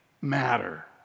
matter